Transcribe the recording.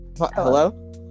Hello